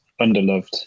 underloved